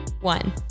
one